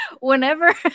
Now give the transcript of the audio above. Whenever